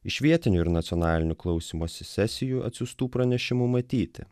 iš vietinių ir nacionalinių klausymosi sesijų atsiųstų pranešimų matyti